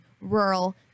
rural